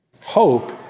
Hope